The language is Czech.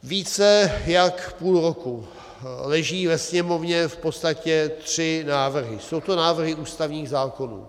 Více jak půl roku leží ve Sněmovně v podstatě tři návrhy, jsou to návrhy ústavních zákonů.